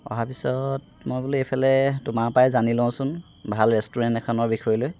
অহাৰ পিছত মই বোলো এইফালে তোমাৰপৰাই জানি লওঁচোন ভাল ৰেষ্টুৰেন্ট এখনৰ বিষয় লৈ